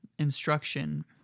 instruction